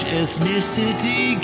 ethnicity